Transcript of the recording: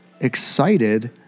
excited